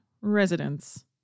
residents